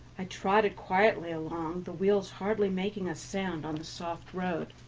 i trotted quietly along, the wheels hardly making a sound on the soft road.